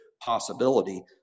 possibility